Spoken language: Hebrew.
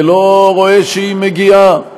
ולא רואה שהיא מגיעה.